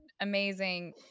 amazing